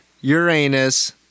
Uranus